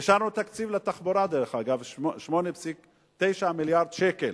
אישרנו תקציב לתחבורה, דרך אגב, 8.9 מיליארד שקל.